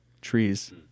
trees